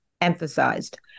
emphasized